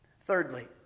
Thirdly